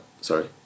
sorry